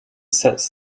sets